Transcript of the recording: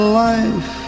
life